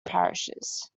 parishes